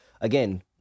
Again